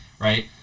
Right